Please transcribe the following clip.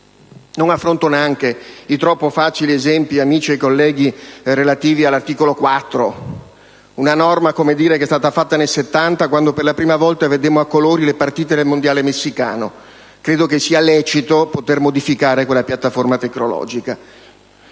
Non affronto neanche i troppo facili esempi, amici e colleghi, relativi all'articolo 4, una norma che è stata fatta nel 1970 quando per la prima volta abbiamo visto a colori sul televisore le partite del mondiale messicano. Credo che sia lecito poter modificare quella piattaforma tecnologica.